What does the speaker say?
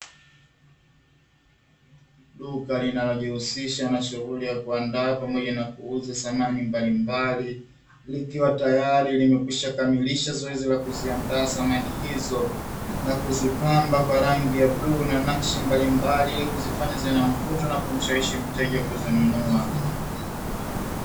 Duka linalojihusisha na shughuli ya kuandaa pamoja na kuuza samani mbalimbali, likiwa tayari limekwisha kamilisha zoezi la kuziandaa samani izo, nakuzipamba kwa rangi ya bluu na nakshi mbalimbali, ili kuzifanya ziwe na mvuto na kumshawishi mteja kuzinunua.